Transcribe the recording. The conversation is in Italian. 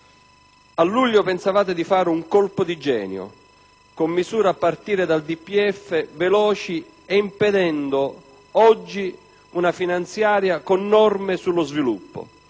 A luglio pensavate di fare un colpo di genio con misure veloci, a partire dal DPEF, impedendo oggi una finanziaria con norme sullo sviluppo.